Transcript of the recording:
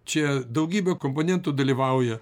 čia daugybė komponentų dalyvauja